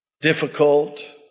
difficult